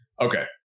okay